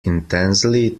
intensely